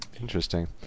Interesting